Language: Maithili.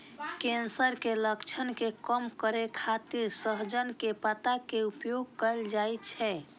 कैंसर के लक्षण के कम करै खातिर सहजन के पत्ता के उपयोग कैल जाइ छै